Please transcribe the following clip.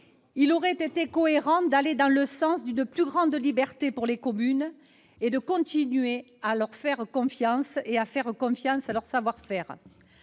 il aurait été cohérent d'aller dans le sens d'une plus grande liberté pour les communes et de continuer à faire confiance à leurs savoir-faire.